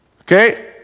Okay